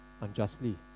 unjustly